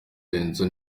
benzo